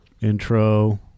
intro